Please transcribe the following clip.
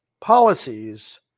policies